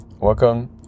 welcome